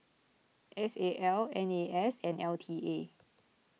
S A L N A S and L T A